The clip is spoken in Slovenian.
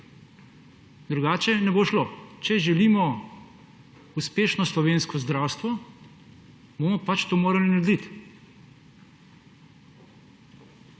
Drugače ne bo šlo. Če želimo uspešno slovensko zdravstvo, bomo pač to morali narediti.